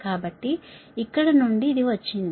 కాబట్టి ఇక్కడ నుండి ఇది వచ్చింది